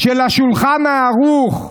של השולחן הערוך,